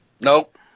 Nope